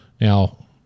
now